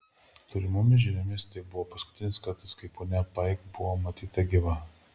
turimomis žiniomis tai buvo paskutinis kartas kai ponia paik buvo matyta gyva